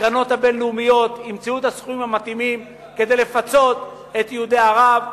הקרנות הבין-לאומיות ימצאו את הסכומים המתאימים כדי לפצות את יהודי ערב,